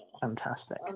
Fantastic